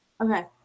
Okay